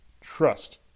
trust